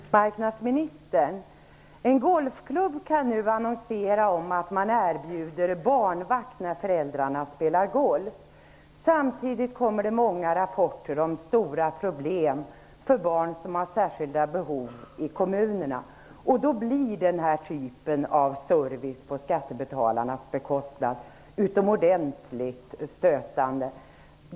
Fru talman! Jag skulle vilja ställa en fråga till arbetsmarknadsministern. En golfklubb kan nu annonsera om att man erbjuder barnvakt när föräldrarna spelar golf. Samtidigt kommer det många rapporter från kommunerna om stora problem för barn som har särskilda behov. Då blir den här typen av service, på skattebetalarnas bekostnad, utomordentligt stötande.